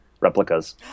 replicas